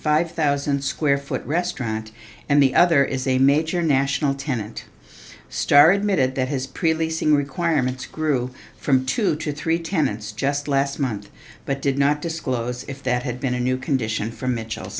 five thousand square foot restaurant and the other is a major national tenant star admitted that his previous ng requirements grew from two to three tenants just last month but did not disclose if that had been a new condition for michel